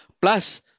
Plus